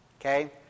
Okay